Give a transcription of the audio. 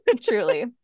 Truly